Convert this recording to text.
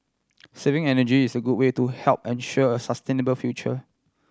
saving energy is a good way to help ensure a sustainable future